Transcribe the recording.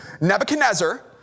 Nebuchadnezzar